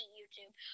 YouTube